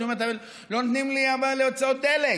אז היא אומרת: אבל לא נותנים לי הוצאות דלק.